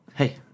Hey